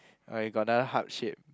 okay got another heart shape